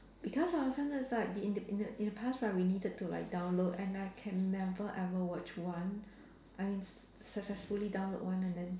because hor sometimes right the in the in the in the past right we needed to like download and I can never ever watch one I mean s~ successfully download one and then